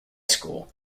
school